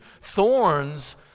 Thorns